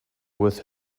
with